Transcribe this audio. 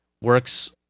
works